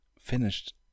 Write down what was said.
finished